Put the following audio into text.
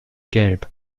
gelb